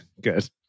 good